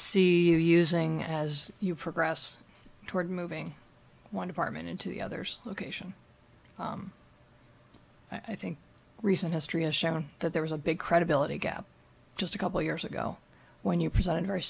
you using as you progress toward moving one department into the others location i think recent history has shown that there was a big credibility gap just a couple years ago when you presented a very